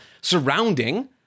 surrounding